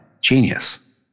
genius